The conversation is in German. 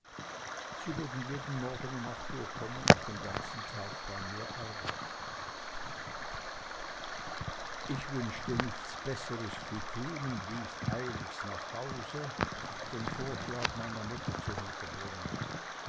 sie würden jeden morgen um acht uhr kommen und den ganzen tag bei mir arbeiten ich wünschte nichts besseres zu tun und lief eiligst nach hause den vorschlag meiner mutter zu